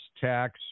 tax